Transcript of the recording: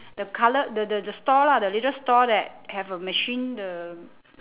the colour the the the stall lah the little stall that have a machine the